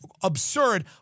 absurd